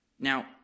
Now